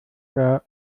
der